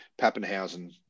Pappenhausen